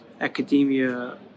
academia